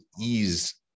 ease